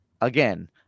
again